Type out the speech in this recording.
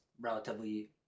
relatively